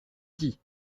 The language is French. dit